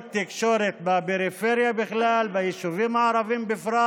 תקשורת בפריפריה בכלל וביישובים הערביים בפרט,